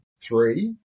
three